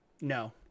no